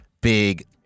big